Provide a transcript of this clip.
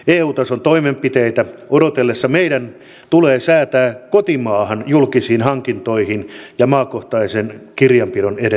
eu tason toimenpiteitä odotellessa meidän tulee säätää kotimaahan julkisiin hankintoihin maakohtaisen kirjanpidon edellytys